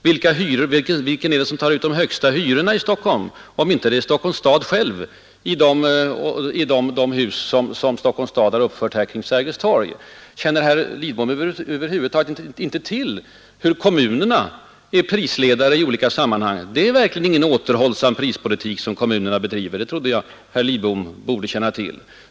Vilken tar ut de högsta hyrorna i Stockholm om inte Stockholms stad själv i de hus man har uppfört kring Sergels torg. Känner herr Lidbom över huvud taget inte till hur kommunerna är markprisledare? Det är verkligen ingen återhållsam prispolitik som kommunerna bedriver, det trodde jag att herr Lidbom kände till.